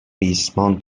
ریسمان